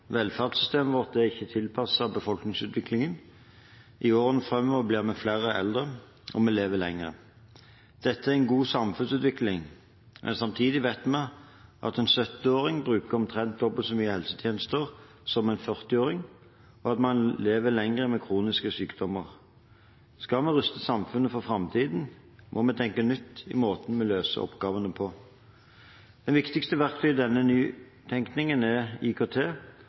Velferdssystemet vårt er ikke tilpasset befolkningsutviklingen. I årene framover blir vi flere eldre, og vi lever lenger. Dette er en god samfunnsutvikling, men samtidig vet vi at en 70-åring bruker omtrent dobbelt så mye helsetjenester som en 40-åring, og at man lever lenger med kroniske sykdommer. Skal vi ruste samfunnet for framtiden, må vi tenke nytt i måten vi løser oppgavene på. Det viktigste verktøyet i denne nytenkningen er IKT,